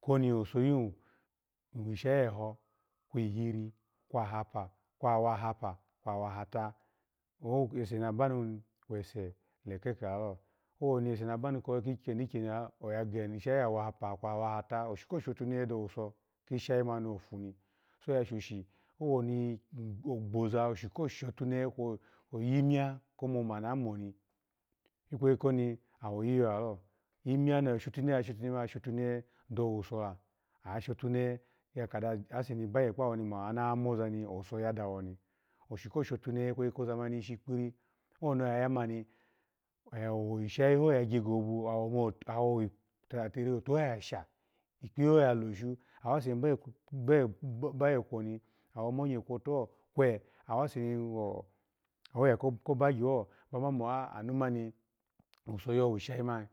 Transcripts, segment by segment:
Koni owusu yu gishaa eho, kwi hiri, kwa hapa, kwahapa, kwahata oh ese na ba ni wese leke ke lalo, owoni use nu banu ke ke kye ni mani, oya gyishi awahapa kwahata oshse ko shotunehe dowuso kishayi mani nofon, oya shoshi owoni ogboza, oshu ko shotunehe kwe oyimiya ko moma na moni kweyi ko ni awo yiyo lalo, imiya no ya shotunehe, shotunehe, ashotunehe dowuso la, ashotunehe ya kadese ni bagye kpawo ni ma na wu mi za ni owuso yadawoni, oshu ko shotunehe ikweyi koza mani ishi kpiri, owoni oya yamani ishayi ho ya gye go hobo, awo tatatiri oheno yasha, ikpiyeho yaloshan, awase ni bagye bagye bagye kwen awo monyekwotu kwe awoyu ko bagyeho bama anomani owuso yo wishai mani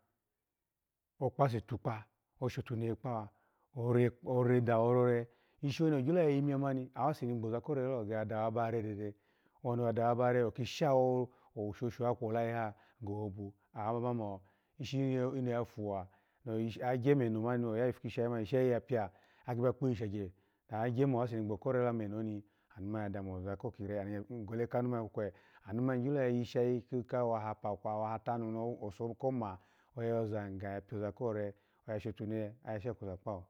okpase hekpa, oshotunehe kpawa ore da orekpawa, odaworere, ishi oni ogyo ya yimiya mani awase ni gboza ko rorelo, obiya dawa bare dede, owani odawa bare oki shawo owusoso kwo heye ha go hobo, awama bamo, ishi oni ya fuwa, agye meno mani oya ipu kisha yi mani, ishayi yabiya, aki ba kpiyi shagye awagye mo aseni gbo ko rore lo, ameno ni anoma niya dami moza ko kire, igle kenu mani kwe anomani gyo ya yishayi kawahapa kwawahata, nukomo oya yaza ki ya tiyoza wore, oshotu nele oya shakusa kpawo.